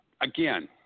Again